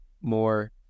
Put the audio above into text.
more